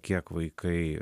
kiek vaikai